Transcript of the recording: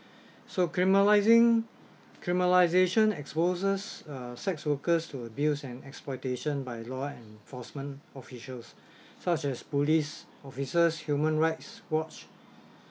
so criminalizing criminalization exposes uh sex workers to abuse and exploitation by law enforcement officials such as police officers human rights watch